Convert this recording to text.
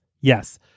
yes